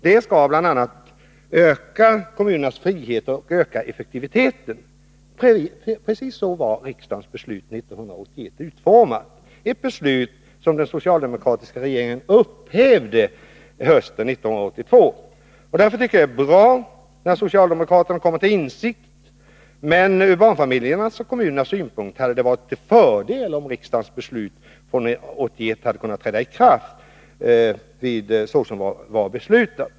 Det skall bl.a. öka kommunernas frihet och öka effektiviteten. Precis så var riksdagens beslut 1981 utformat! — ett beslut som den socialdemokratiska regeringen upphävde hösten 1982. Därför tycker jag det är bra att socialdemokraterna kommer till insikt, men ur barnfamiljernas och kommunernas synpunkt hade det varit till fördel om riksdagens beslut från 1981 hade kunnat träda i kraft som var beslutat.